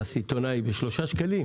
לסיטונאי פחות קולה בשלושה שקלים,